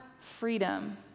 freedom